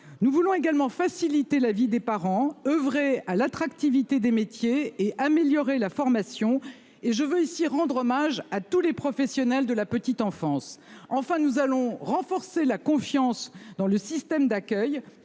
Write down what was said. Nous voulons également faciliter la vie des parents oeuvrer à l'attractivité des métiers et améliorer la formation et je veux ici, rendre hommage à tous les professionnels de la petite enfance, enfin nous allons renforcer la confiance dans le système d'accueil,